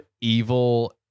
evil